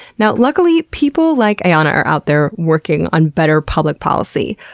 now luckily, people like ayana are out there working on better public policy.